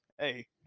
Hey